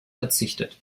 verzichtet